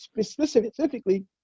specifically